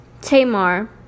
Tamar